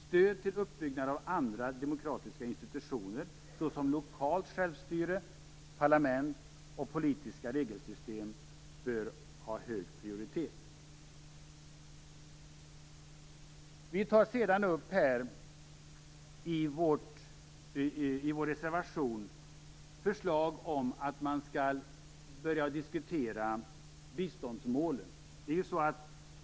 Stöd till uppbyggnad av andra demokratiska institutioner såsom lokalt självstyre, parlament och politiska regelsystem bör ha hög prioritet. Vi tar sedan i vår reservation upp förslag om att man skall börja diskutera biståndsmålen.